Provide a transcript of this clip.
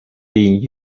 being